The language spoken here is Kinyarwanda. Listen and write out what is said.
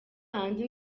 hanze